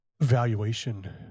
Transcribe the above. valuation